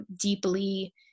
deeply